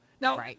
Now